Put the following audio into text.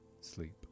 sleep